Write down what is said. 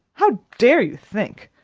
how dare you think?